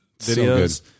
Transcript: videos